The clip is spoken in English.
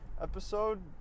episode